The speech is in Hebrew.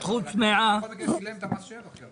קודם הוא שילם גם את מס השבח.